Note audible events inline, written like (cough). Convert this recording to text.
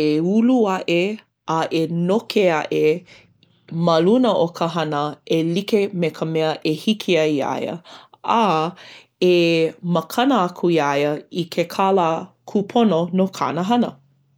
e ulu aʻe a e noke aʻe ma luna o ka hana e like me ka mea e hiki ai iā ia. A, e (hesitation) makana aku iā ia i ke kālā kūpono no kāna hana.